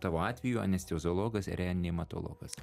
tavo atveju anesteziologas reanimatologas